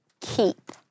keep